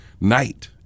night